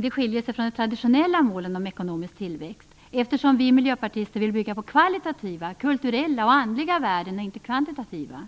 Detta skiljer sig från de traditionella målen om ekonomisk tillväxt, eftersom vi miljöpartister vill bygga på kvalitativa, kulturella och andliga värden, inte kvantitativa,